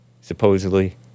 supposedly